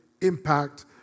impact